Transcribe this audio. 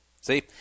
See